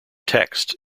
text